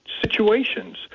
situations